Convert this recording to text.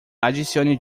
adicione